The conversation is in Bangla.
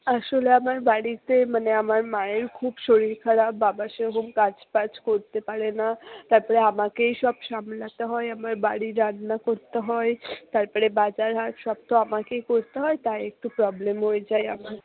আসলে আমার বাড়িতে মানে আমার মায়ের খুব শরীর খারাপ বাবা সেরকম কাজ ফাজ করতে পারে না তারপরে আমাকেই সব সামলাতে হয় আমার বাড়ির রান্না করতে হয় তারপরে বাজার হাট সব তো আমাকেই করতে হয় তাই একটু প্রবলেম হয়ে যায় আমার